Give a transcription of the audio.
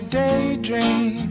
daydream